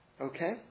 Okay